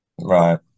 right